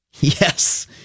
yes